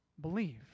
believe